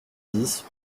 dix